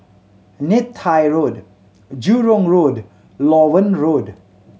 Neythai Road Jurong Road Loewen Road